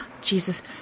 Jesus